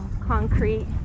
concrete